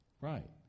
Right